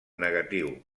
negatiu